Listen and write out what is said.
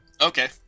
Okay